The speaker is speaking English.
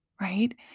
right